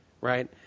Right